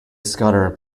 scudder